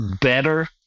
better